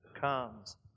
comes